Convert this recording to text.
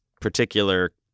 particular